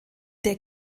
der